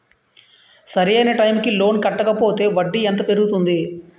సరి అయినా టైం కి లోన్ కట్టకపోతే వడ్డీ ఎంత పెరుగుతుంది?